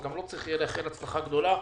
וגם לו נאחל הצלחה גדולה.